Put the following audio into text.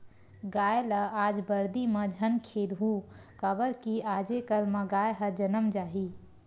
गाय ल आज बरदी म झन खेदहूँ काबर कि आजे कल म गाय ह जनम जाही